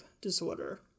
disorder